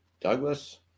Douglas